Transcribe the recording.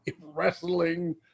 wrestling